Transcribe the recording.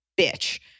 bitch